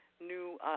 new